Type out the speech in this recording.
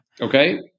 okay